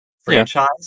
franchise